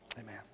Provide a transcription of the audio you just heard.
amen